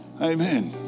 Amen